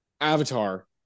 Avatar